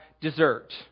dessert